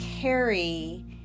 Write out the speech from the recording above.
carry